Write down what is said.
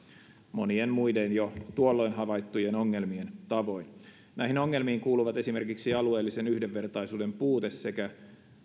monien muiden jo tuolloin havaittujen ongelmien tavoin näihin ongelmiin kuuluvat esimerkiksi alueellisen yhdenvertaisuuden puute sekä